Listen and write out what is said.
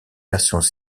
versions